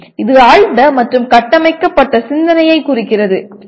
இது ஆழ்ந்த மற்றும் கட்டமைக்கப்பட்ட சிந்தனையைக் குறிக்கிறது சரி